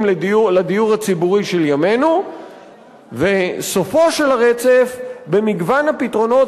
לדיור הציבורי של ימינו וסופו של הרצף במגוון הפתרונות